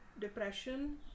depression